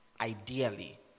ideally